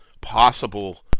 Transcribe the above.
possible